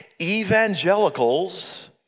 evangelicals